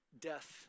death